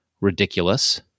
ridiculous